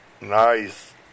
nice